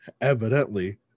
evidently